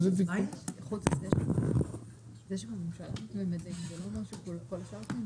ענייני יכולת גיוס חוב שלה וכל מיני דברים כאלה ואחרים,